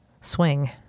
swing